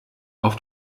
auf